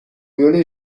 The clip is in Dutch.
jullie